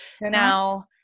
Now